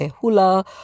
hula